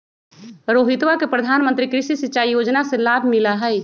रोहितवा के प्रधानमंत्री कृषि सिंचाई योजना से लाभ मिला हई